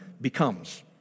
becomes